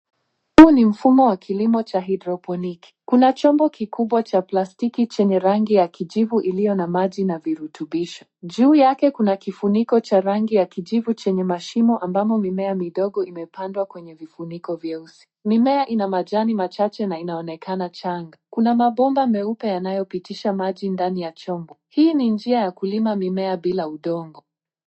Huu ni mfumo wa kilimo cha haidroponiki . Kuna chombo kikubwa cha plastiki chenye rangi ya kijivu ilio na maji na virutubisho. Juu yake kuna kifuniko cha rangi ya kijivu chenye mashimo ambamo mimea midogo imepandwa kwenye vifuniko vyeusi. Mimea ina majani machache na inaonekana changa . Kuna mabomba mieupe yanayopitisha maji ndani ya chombo. Hii ni njia ya kulima mimea bila udongo.